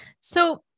So-